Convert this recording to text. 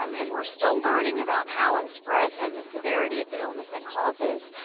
um and we're still learning about how it spreads and the severity of the illness it causes,